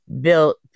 built